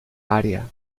área